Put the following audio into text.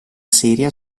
seria